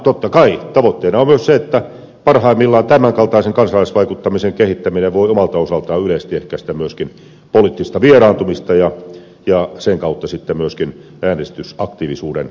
totta kai tavoitteena on myös se että parhaimmillaan tämänkaltaisen kansalaisvaikuttamisen kehittäminen voi omalta osaltaan yleisesti ehkäistä myöskin poliittista vieraantumista ja sen kautta sitten edistää myöskin äänestysaktiivisuuden kasvua